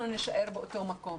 אנחנו נישאר באותו מקום.